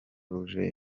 rouge